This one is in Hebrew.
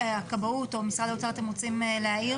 הכבאות או משרד האוצר אתם רוצים להעיר?